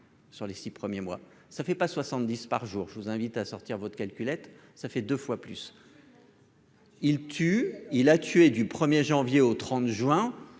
Sur les 6 premiers mois, ça fait pas 70 par jour, je vous invite à sortir votre calculette, ça fait 2 fois plus. Il tue, il a tué du 1er janvier au 30 juin